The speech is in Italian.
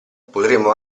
potremmo